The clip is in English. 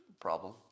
problem